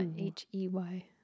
H-E-Y